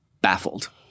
baffled